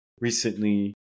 recently